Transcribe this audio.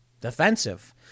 defensive